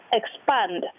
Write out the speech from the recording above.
expand